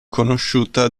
conosciuta